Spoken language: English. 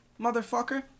motherfucker